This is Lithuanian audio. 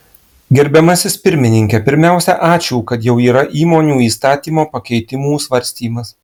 gerbiamasis pirmininke pirmiausia ačiū kad jau yra įmonių įstatymo pakeitimų svarstymas